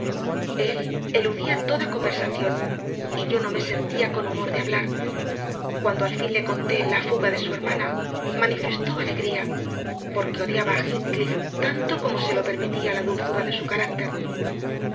amo él eludía toda conversación y yo no me sentía con humor de hablar cuando al fin le conté la fuga de su hermana manifestó alegría porque odiaba a heathcliff tanto como se lo permitía la dulzura de su carácter